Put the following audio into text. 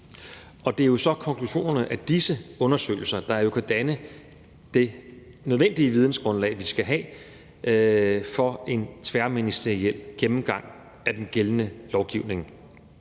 Og det er jo så konklusionerne af disse undersøgelser, der kan danne det nødvendige vidensgrundlag, som vi skal have, for en tværministeriel gennemgang af den gældende lovgivning.